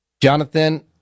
Jonathan